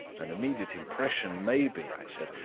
an immediate impression may be, i said,